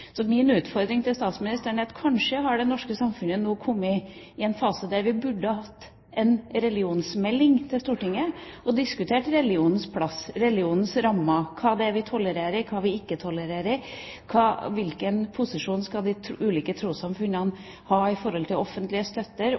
Min utfordring til statsministeren er at kanskje har det norske samfunnet nå kommet i en fase der vi burde ha fått en religionsmelding til Stortinget og diskutert religionens plass, religionens rammer, hva det er vi tolererer, hva vi ikke tolererer – hvilken posisjon de ulike trossamfunnene skal ha i forhold til